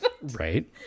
Right